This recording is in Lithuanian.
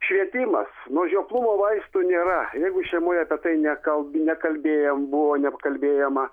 švietimas nuo žioplumo vaistų nėra jeigu šeimoje apie tai nekalbi nekalbėję buvo neapkalbėjama